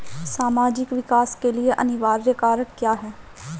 सामाजिक विकास के लिए अनिवार्य कारक क्या है?